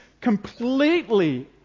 completely